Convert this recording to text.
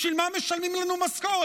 בשביל מה משלמים לנו משכורת,